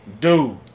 Dude